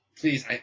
please